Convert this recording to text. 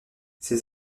ses